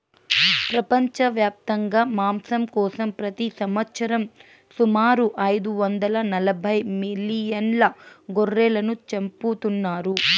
ప్రపంచవ్యాప్తంగా మాంసం కోసం ప్రతి సంవత్సరం సుమారు ఐదు వందల నలబై మిలియన్ల గొర్రెలను చంపుతున్నారు